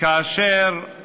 כאשר הוא